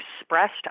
expressed